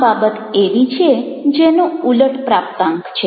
આ બાબત એવી છે જેનો ઊલટ પ્રાપ્તાંક છે